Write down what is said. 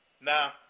Now